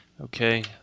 Okay